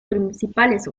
principales